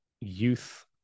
youth